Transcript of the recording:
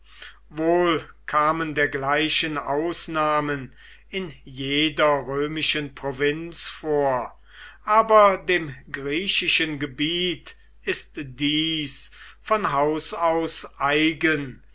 wohl kamen dergleichen ausnahmen in jeder römischen provinz vor aber dem griechischen gebiet ist dies von haus aus eigen